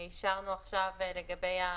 בואו נמצא פתרון מעשי, לא למה ככה ולמה ככה.